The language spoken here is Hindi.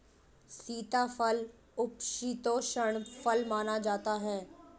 सीताफल उपशीतोष्ण फल माना जाता है